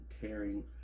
caring